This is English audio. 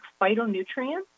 phytonutrients